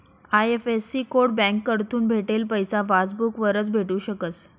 IFSC code बँककडथून भेटेल पैसा पासबूक वरच भेटू शकस